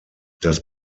das